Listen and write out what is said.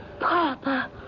Papa